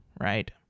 right